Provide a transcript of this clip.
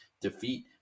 defeat